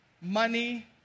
money